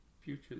future